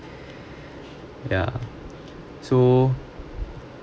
yeah so